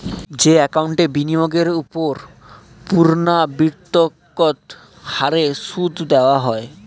যে একাউন্টে বিনিয়োগের ওপর পূর্ণ্যাবৃত্তৎকত হারে সুদ দেওয়া হয়